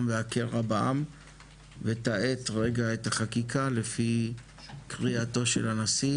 והקרע בעם ותאט רגע את החקיקה לפי קריאתו של הנשיא,